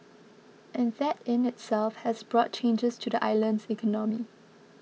and that in itself has brought changes to the island's economy